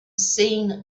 seen